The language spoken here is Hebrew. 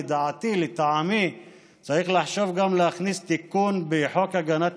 לטעמי צריך לחשוב גם להכניס תיקון בחוק הגנת